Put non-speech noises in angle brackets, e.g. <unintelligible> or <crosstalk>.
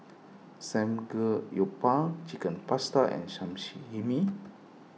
Samgeyopsal Chicken Pasta and <unintelligible>